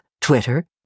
twitter